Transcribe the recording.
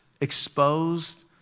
exposed